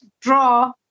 draw